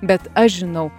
bet aš žinau